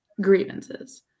grievances